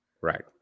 Right